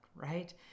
right